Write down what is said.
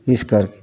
ਇਸ ਕਰ